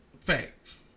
Facts